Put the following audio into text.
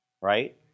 Right